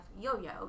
yo-yo